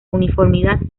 uniformidad